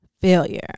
failure